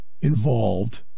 involved